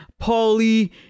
Paulie